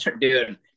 Dude